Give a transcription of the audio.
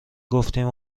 گفتیم